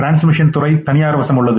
transmission துறை தனியார் வசம் உள்ளது